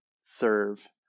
serve